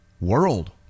world